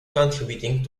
contributing